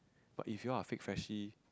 but if you all are fake freshly